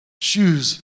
Shoes